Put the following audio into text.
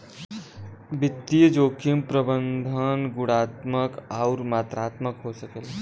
वित्तीय जोखिम प्रबंधन गुणात्मक आउर मात्रात्मक हो सकला